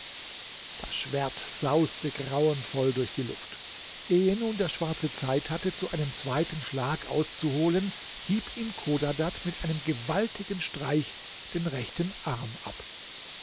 das schwert sauste grauenvoll durch die luft ehe nun der schwarze zeit hatte zu einem zweiten schlag auszuholen hieb ihm chodadad mit einem gewaltigen streich den rechten arm ab